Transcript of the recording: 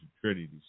Trinity